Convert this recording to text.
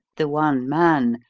the one man,